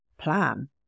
Plan